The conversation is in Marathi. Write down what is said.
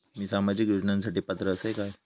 मी सामाजिक योजनांसाठी पात्र असय काय?